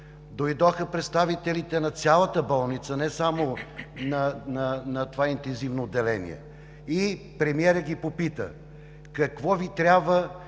Дойдоха представителите на цялата болница – не само на това интензивно отделение, и премиерът ги попита: какво Ви трябва,